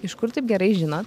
iš kur taip gerai žinot